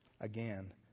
again